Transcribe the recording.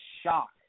shock